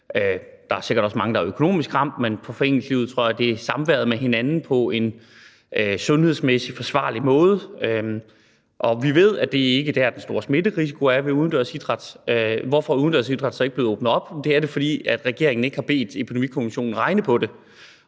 Der er sikkert også mange, der er økonomisk ramt, men i foreningslivet tror jeg det er samværet med hinanden på en sundhedsmæssigt forsvarlig måde, der er ramt. Vi ved, at det ikke er der, den store smitterisiko er, altså ved udendørs idræt. Hvorfor er udendørs idræt så ikke blevet åbnet op? Det er det ikke, fordi regeringen ikke har bedt Epidemikommissionen regne på det.